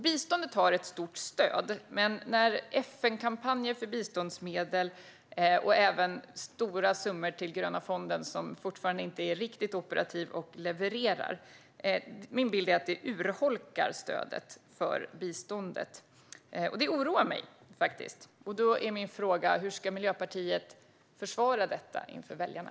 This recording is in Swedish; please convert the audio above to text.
Biståndet har ett starkt stöd, men min bild är att det urholkar stödet för biståndet när man gör FN-kampanjer för biståndsmedel och även ger stora summor till gröna fonden, som fortfarande inte är riktigt operativ och levererar. Det oroar mig. Då är min fråga: Hur ska Miljöpartiet försvara detta inför väljarna?